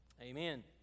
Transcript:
amen